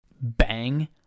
Bang